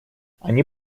они